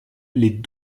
les